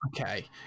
Okay